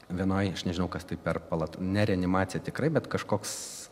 vienoj aš nežinau kas tai per palat ne reanimacija tikrai bet kažkoks